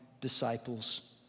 disciples